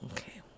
Okay